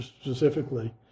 specifically